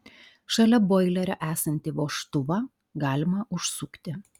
šalia boilerio esantį vožtuvą galima užsukti